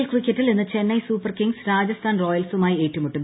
L ക്രിക്കറ്റിൽ ഇന്ന് Chennai super kings Rajasthan റോയൽസുമായി ഏറ്റുമുട്ടും